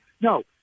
No